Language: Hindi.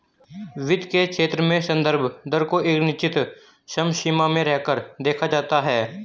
वित्त के क्षेत्र में संदर्भ दर को एक निश्चित समसीमा में रहकर देखा जाता है